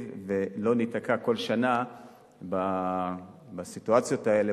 ולא ניתקע כל שנה בסיטואציות האלה,